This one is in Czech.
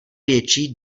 větší